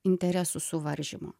interesų suvaržymo